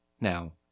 now